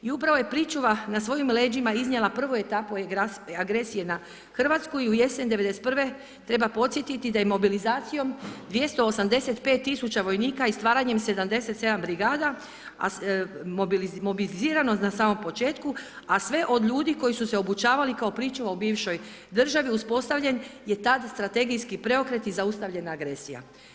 I upravo je pričuva na svojim leđima iznijela prvu etapu agresije na Hrvatsku i u jesen '91. treba podsjetiti da je mobilizacijom 285000 vojnika i stvaranjem 77 brigada, a mobiliziranost na samom početku, a sve od ljudi koji su se obučavali kao pričuva u bivšoj državi uspostavljen je tada strategijski preokret i zaustavljena agresija.